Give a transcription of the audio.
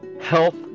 health